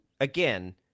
again